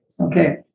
Okay